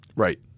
Right